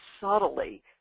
subtly